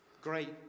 Great